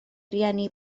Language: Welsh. rieni